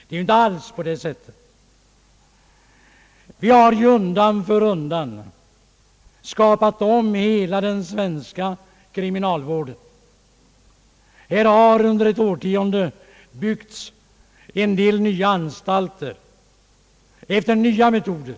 Det är inte alls på det sättet. Vi har undan för undan skapat om hela den svenska kriminalvården. Under det senaste årtiondet har det byggts en del nya anstalter efter nya metoder.